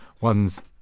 one's